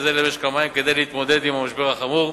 זה למשק המים כדי להתמודד עם המשבר החמור.